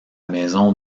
maison